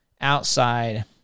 outside